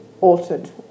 altered